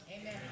Amen